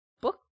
book